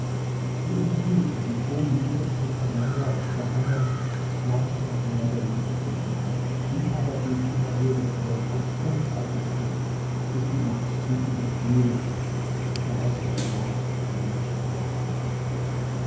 sie unterhielten sich so liebend miteinander und ghanem schwamm im meer der liebestrunkenheit sie aber blieb immer würdevoll und unerbittlich bis die nacht sie überfiel die den saum des schlafs über die menschen herabhängt